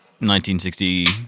1960